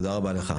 תודה רבה לך.